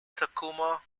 tacoma